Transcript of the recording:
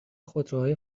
خودروهای